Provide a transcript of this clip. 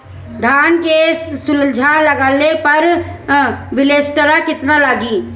धान के झुलसा लगले पर विलेस्टरा कितना लागी?